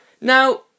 Now